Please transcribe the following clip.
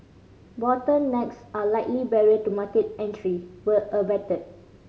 bottlenecks a likely barrier to market entry were averted